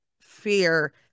fear